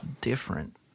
different